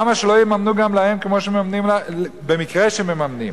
למה שלא יממנו גם להם כמו שמממנים, במקרה שמממנים?